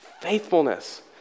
faithfulness